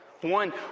One